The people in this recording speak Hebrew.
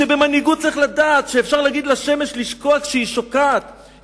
שבמנהיגות צריך לדעת שאפשר להגיד לשמש לשקוע כשהיא שוקעת,